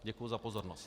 Děkuji za pozornost.